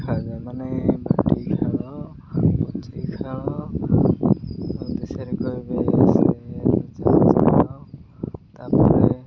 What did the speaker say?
ଖିଆ ଯାଏ ମାନେ ବାଟି ଖେଳ ପୁଚି ଖେଳ ଖେଳ ତା'ପରେ